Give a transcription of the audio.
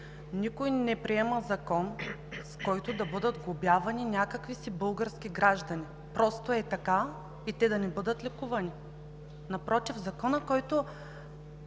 Никой не приема Закон, с който да бъдат глобявани някакви си български граждани просто ей така и те да не бъдат лекувани – напротив. Законът, който